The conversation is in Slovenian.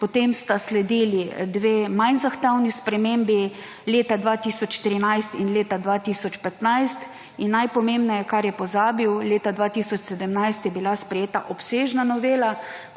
potem sta sledili dve manj zahtevni spremembi, leta 2013 in leta 2015, in najpomembnejše, na kar je pozabil, leta 2017 je bila sprejeta obsežna novela